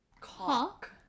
cock